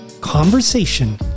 conversation